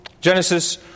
Genesis